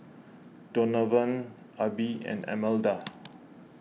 Donavan Abbie and Almeda